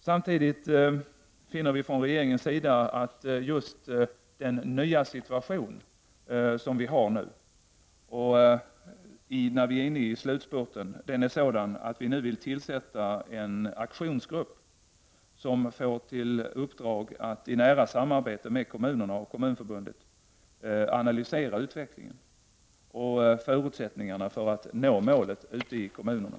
Samtidigt finner vi från regeringens sida att den nya situation som vi har nu, när vi är inne i slutspurten, ger oss anledning att tillsätta en aktionsgrupp, som får i uppdrag att i nära samarbete med kommunerna och Kommunförbundet analysera utvecklingen och förutsättningarna för att nå målet ute i kommunerna.